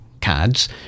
cards